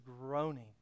groaning